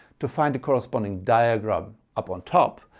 to find the corresponding diagram up on top,